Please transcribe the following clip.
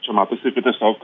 čia matosi kad tiesiog